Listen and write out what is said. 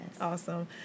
awesome